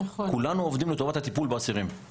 כולנו עובדים לטובת הטיפול באסירים.